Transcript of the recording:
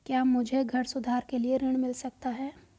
क्या मुझे घर सुधार के लिए ऋण मिल सकता है?